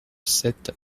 sept